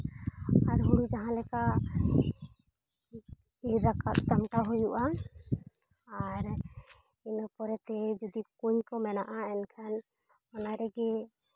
ᱟᱨ ᱦᱳᱲᱳ ᱡᱟᱦᱟᱸ ᱞᱮᱠᱟ ᱨᱟᱠᱟᱵ ᱥᱟᱢᱴᱟᱣ ᱦᱩᱭᱩᱜᱼᱟ ᱟᱨ ᱤᱱᱟᱹ ᱯᱚᱨᱮᱛᱮ ᱡᱩᱫᱤ ᱠᱩᱸᱧ ᱠᱚ ᱢᱮᱱᱟᱜᱼᱟ ᱮᱱᱠᱷᱟᱱ ᱚᱱᱟ ᱨᱮᱜᱮ